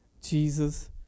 Jesus